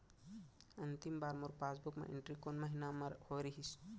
अंतिम बार मोर पासबुक मा एंट्री कोन महीना म होय रहिस?